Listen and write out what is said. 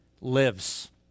lives